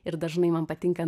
ir dažnai man patinka